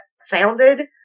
sounded